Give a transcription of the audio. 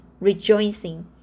rejoicing